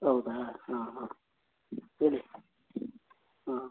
ಹೌದಾ ಹಾಂ ಹಾಂ ಹೇಳಿ ಹಾಂ